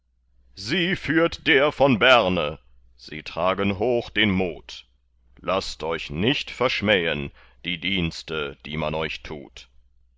sie führt der von berne sie tragen hoch den mut laßt euch nicht verschmähen die dienste die man euch tut